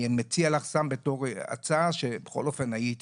אני מציע לך סתם כהצעה שבכל אופן הייתי